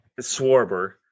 Swarber